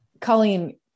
Colleen